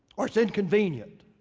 or it's inconvenient.